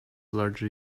largely